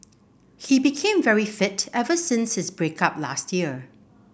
he became very fit ever since his break up last year